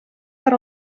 per